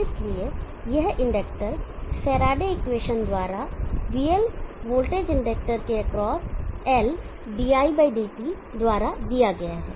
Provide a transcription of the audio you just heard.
इसलिए यह inductor Faraday equation द्वारा vL वोल्टेज इंडक्टर के एक्रॉस L diLdt द्वारा दिया गया है